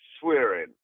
swearing